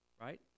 Right